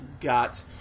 got